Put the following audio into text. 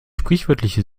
sprichwörtliche